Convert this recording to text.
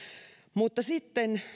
mutta sitten